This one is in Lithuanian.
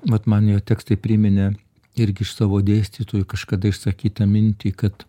mat man jo tekstai priminė irgi iš savo dėstytojų kažkada išsakytą mintį kad